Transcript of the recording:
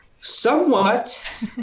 Somewhat